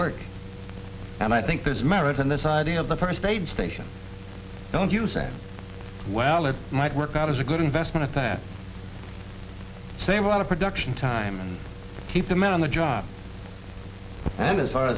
work and i think there's merit in this idea of the first aid station don't use it well it might work out as a good investment that save a lot of production time and keep the men on the job and as far